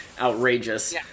outrageous